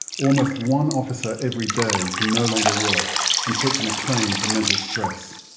almost one officer every day can no longer work and puts in a claim for mental stress.